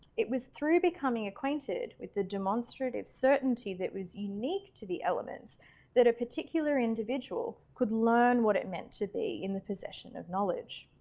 it was through becoming acquainted with the demonstrative certainty that was unique to the elements that a particular individual could learn what it meant to be in the possession of knowledge.